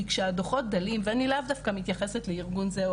כי כשהדוחות דלים ואני לאו דווקא מתייחסת לארגון זה,